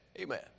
Amen